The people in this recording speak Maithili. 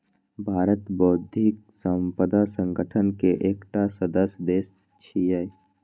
भारत बौद्धिक संपदा संगठन के एकटा सदस्य देश छियै